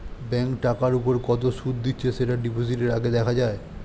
bank টাকার উপর কত সুদ দিচ্ছে সেটা ডিপোজিটের আগে দেখা যায়